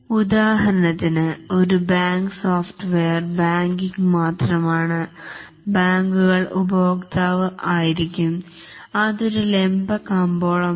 ഉദാഹരണത്തിന് ഒരു bank software banking മാത്രമാണ് ബാങ്കുകൾ ഉപഭോക്താവ് ആയിരിക്കും അത് ഒരു ലംബം കമ്പോളമാണ്